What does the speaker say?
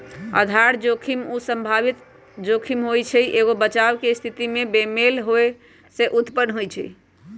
आधार जोखिम उ संभावित जोखिम हइ जे एगो बचाव के स्थिति में बेमेल होय से उत्पन्न होइ छइ